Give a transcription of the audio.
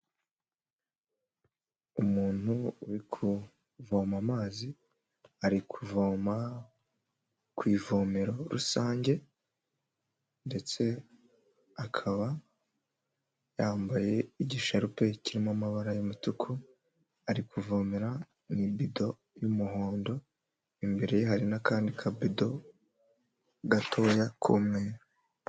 Umuntu uri kuvoma amazi ari kuvoma ku ivomero rusange ndetse akaba yambaye igisharupe kirimo amabara y'umutuku, ari kuvomera mu bido y'umuhondo, imbere ye hari n'akandi kabido gatoya k'umweru.